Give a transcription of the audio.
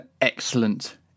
excellent